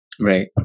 Right